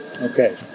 Okay